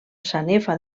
sanefa